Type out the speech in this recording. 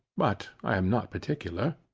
but i am not particular.